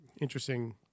interesting